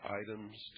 items